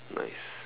nice